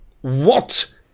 What